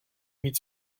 mít